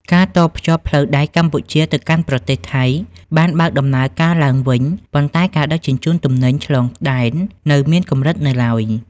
ការតភ្ជាប់ផ្លូវដែកកម្ពុជាទៅកាន់ប្រទេសថៃ បានបើកដំណើរការឡើងវិញ ប៉ុន្តែការដឹកជញ្ជូនទំនិញឆ្លងដែននៅមានកម្រិតនៅឡើយ។